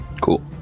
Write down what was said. Cool